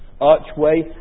archway